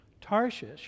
Tarshish